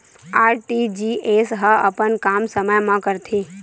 RTGS ह अपन काम समय मा करथे?